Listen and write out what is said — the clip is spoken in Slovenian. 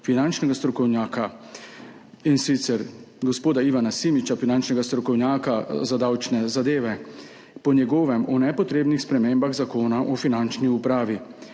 finančnega strokovnjaka, in sicer gospoda Ivana Simiča, finančnega strokovnjaka za davčne zadeve, po njegovem o nepotrebnih spremembah Zakona o finančni upravi,